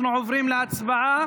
אנחנו עוברים להצבעה